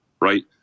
Right